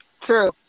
True